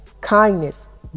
kindness